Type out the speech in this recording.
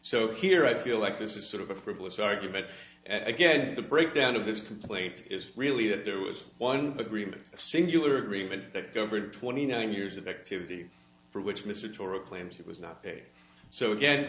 so here i feel like this is sort of a frivolous argument again and the breakdown of this complaint is really that there was one agreement singular agreement that over twenty nine years of activity for which mr turow claims it was not pay so again